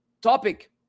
topic